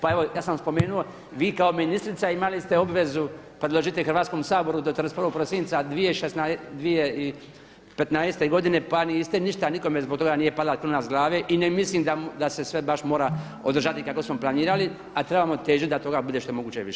Pa evo ja sam vam spomenuo, vi kao ministrica imali ste obvezu predložiti Hrvatskom saboru da 31. prosinca 2015. godine pa niste ništa nikome zbog toga nije pala kruna s glave i ne mislim da se sve baš mora održati kako smo planirali a trebamo težiti da toga bude što je moguće više.